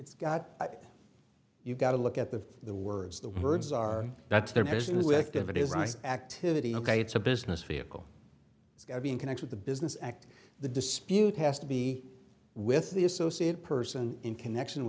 it's got you got to look at the the words the words are that's their business activity is rice activity ok it's a business vehicle it's got to be in connect with the business act the dispute has to be with the associated person in connection